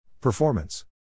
Performance